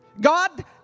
God